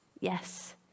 Yes